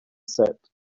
said